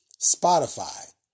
Spotify